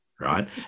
right